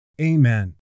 Amen